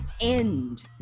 end